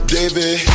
David